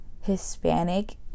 Hispanic